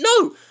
no